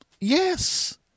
Yes